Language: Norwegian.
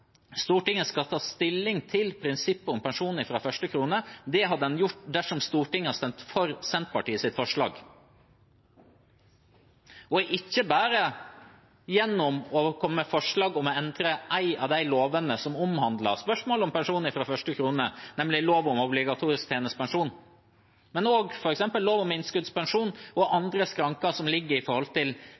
Stortinget skal ta stilling til prinsippet om pensjon fra første krone. Det hadde man gjort dersom Stortinget hadde stemt for Senterpartiets forslag, og ikke bare kommet med forslag om å endre en av de lovene som omhandler spørsmålet om pensjon fra første krone, nemlig lov om obligatorisk tjenestepensjon, men f.eks. også lov om innskuddspensjon. Når det gjelder andre skranker